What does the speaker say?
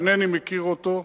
אינני מכיר אותו.